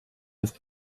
ist